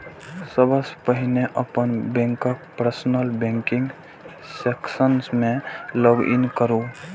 सबसं पहिने अपन बैंकक पर्सनल बैंकिंग सेक्शन मे लॉग इन करू